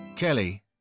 Kelly